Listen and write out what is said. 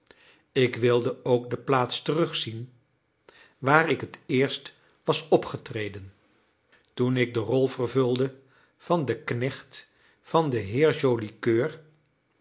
ik wilde ook de plaats terugzien waar ik het eerst was opgetreden toen ik de rol vervulde van de knecht van den